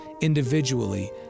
individually